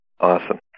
Awesome